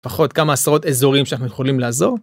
פחות כמה עשרות אזורים שאנחנו יכולים לעזור.